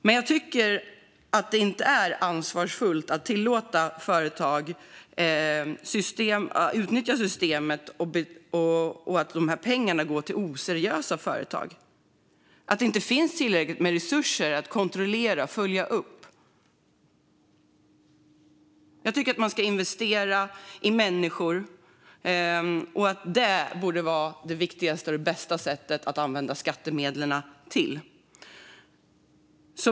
Men jag tycker inte att det är ansvarsfullt att tillåta att företag utnyttjar systemet och att dessa pengar går till oseriösa företag - att det inte finns tillräckligt med resurser för att kontrollera och följa upp. Jag tycker att man ska investera i människor och att det är det viktigaste och bästa sättet att använda skattemedlen.